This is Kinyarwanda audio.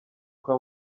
kwa